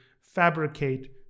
fabricate